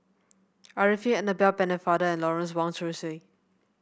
Arifin Annabel Pennefather and Lawrence Wong Shyun Tsai